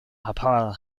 hapoel